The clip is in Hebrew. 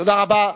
תודה רבה.